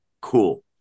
cool